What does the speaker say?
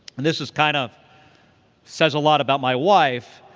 and this this kind of says a lot about my wife.